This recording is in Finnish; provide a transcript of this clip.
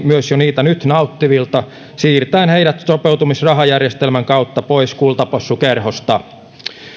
myös niitä jo nyt nauttivilta siirtäen heidät sopeutumisrahajärjestelmän kautta pois kultapossukerhosta